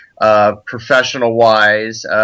professional-wise